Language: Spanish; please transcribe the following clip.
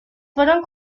fueron